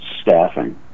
staffing